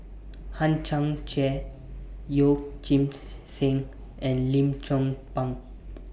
Hang Chang Chieh Yeoh Ghim Seng and Lim Chong Pang